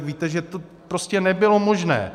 Víte, že to prostě nebylo možné.